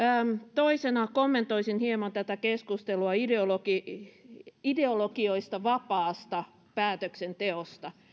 toisena kommentoisin hieman tätä keskustelua ideologioista vapaasta päätöksenteosta